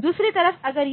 दूसरी तरफ अगर